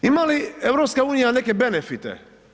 Ima li EU neke benefite?